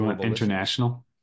international